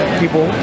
people